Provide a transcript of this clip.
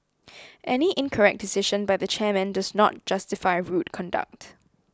any incorrect decision by the chairman does not justify rude conduct